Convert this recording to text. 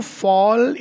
fall